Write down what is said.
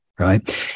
Right